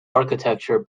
architecture